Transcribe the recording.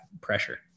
pressure